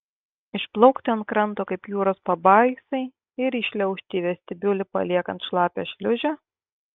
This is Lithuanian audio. išplaukti ant kranto kaip jūros pabaisai ir įšliaužti į vestibiulį paliekant šlapią šliūžę